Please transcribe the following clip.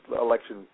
election